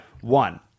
One